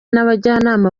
n’abajyanama